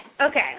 okay